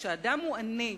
וכשאדם הוא "אני"